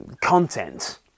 content